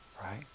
right